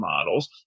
models